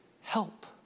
help